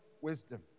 wisdom